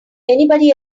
anybody